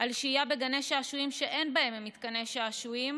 על שהייה בגני שעשועים שאין בהם מתקני שעשועים,